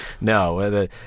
No